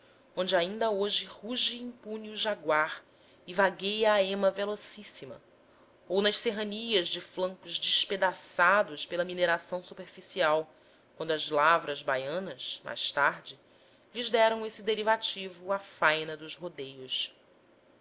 onde ainda hoje ruge impune o jaguar e vagueia a ema velocíssima ou nas serranias de flancos despedaçados pela mineração superficial quando as lavras baianas mais tarde lhes deram esse derivativo à faina dos rodeios